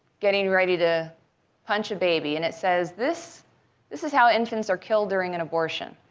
getting ready to punch a baby. and it says, this this is how infants are killed during an abortion.